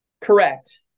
Correct